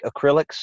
acrylics